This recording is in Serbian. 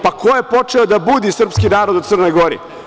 Pa, ko je počeo da budi srpski narod u Crnoj Gori?